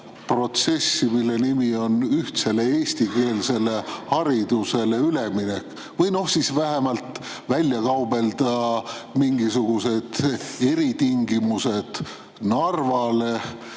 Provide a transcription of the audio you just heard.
protsessi, mille nimi on ühtsele eestikeelsele haridusele üleminek, või siis vähemalt välja kaubelda mingisugused eritingimused Narvale,